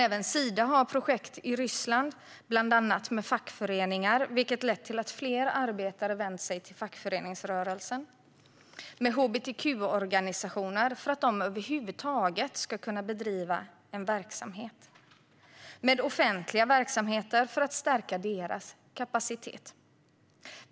Även Sida har projekt i Ryssland, bland annat med fackföreningar, vilket har lett till att fler arbetare vänt sig till fackföreningsrörelsen, med hbtq-organisationer, för att dessa över huvud taget ska kunna bedriva verksamhet, och med offentliga verksamheter för att stärka deras kapacitet.